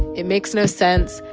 it makes no sense.